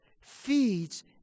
feeds